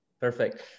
Perfect